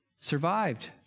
survived